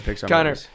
Connor